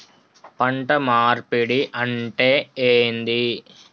పంట మార్పిడి అంటే ఏంది?